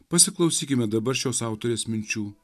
pasiklausykime dabar šios autorės minčių